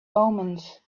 omens